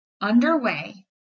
underway